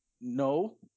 no